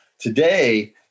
today